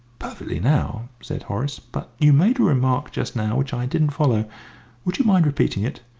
perfectly, now, said horace. but you made a remark just now which i didn't follow would you mind repeating it?